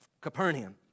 Capernaum